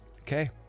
Okay